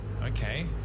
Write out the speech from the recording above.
Okay